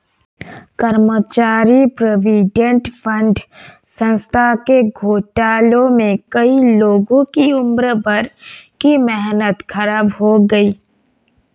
कर्मचारी provident fund संस्था के घोटाले में कई लोगों की उम्र भर की मेहनत ख़राब हो गयी